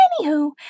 Anywho